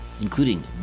including